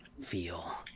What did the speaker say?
feel